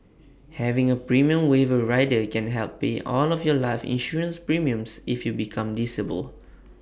having A premium waiver rider can help pay all of your life insurance premiums if you become disabled